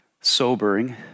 sobering